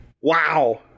Wow